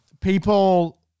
People